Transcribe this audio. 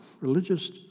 religious